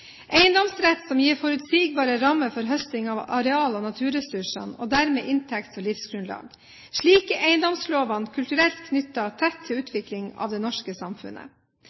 gir forutsigbare rammer for høsting av areal- og naturressursene og dermed inntekts- og livsgrunnlag. Slik er eiendomslovene kulturelt knyttet tett til utviklingen av det norske samfunnet.